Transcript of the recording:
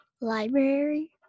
library